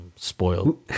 spoiled